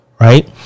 Right